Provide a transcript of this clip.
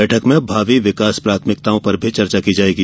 बैठक में भावी विकास प्राथमिकताओं पर भी चर्चा की जाएगी